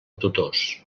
tutors